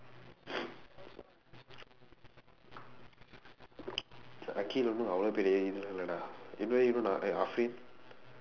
akhil ஒன்னும் அவ்வளவு பெரிய இது இல்ல டா இது இவன்:onnum avvalavu periya ithu illa daa ithu ivan Afiq